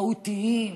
מהותיים,